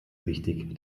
wichtig